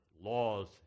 laws